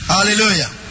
Hallelujah